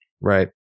Right